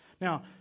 Now